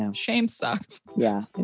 um shame sucks yeah.